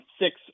six